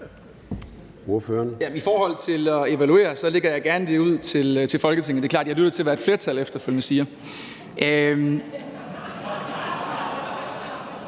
I forhold til at evaluere lægger jeg gerne det ud til Folketinget. Det er klart, at jeg lytter til, hvad et flertal efterfølgende siger.